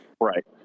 Right